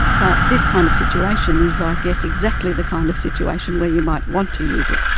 but this kind of situation is, i guess, exactly the kind of situation where you might want to use it.